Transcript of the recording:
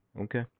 Okay